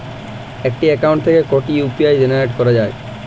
একটি অ্যাকাউন্ট থেকে কটি ইউ.পি.আই জেনারেট করা যায়?